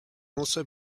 also